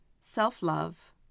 self-love